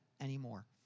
anymore